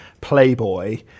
playboy